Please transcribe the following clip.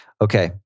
Okay